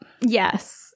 yes